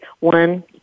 one